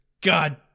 God